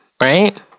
Right